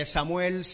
Samuel